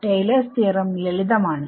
Taylor's theorem Taylors theorem ലളിതമാണ്